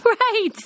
Right